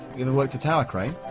you ever worked a tower crane?